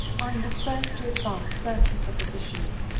i have first to advance certain propositions.